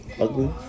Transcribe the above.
ugly